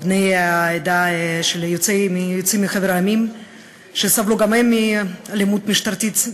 בני העדה יוצאי חבר המדינות שסבלו גם הם מאלימות משטרתית.